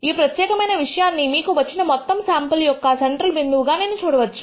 ఈ ప్రత్యేకమైన విషయాన్ని మీకు వచ్చిన మొత్తం శాంపుల్ యొక్క సెంట్రల్ బిందువు గా నేను చూడవచ్చు